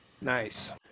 nice